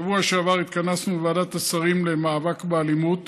בשבוע שעבר התכנסנו בוועדת השרים למאבק באלימות,